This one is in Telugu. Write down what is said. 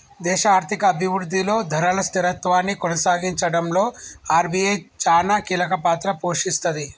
దేశ ఆర్థిక అభిరుద్ధిలో ధరల స్థిరత్వాన్ని కొనసాగించడంలో ఆర్.బి.ఐ చానా కీలకపాత్ర పోషిస్తది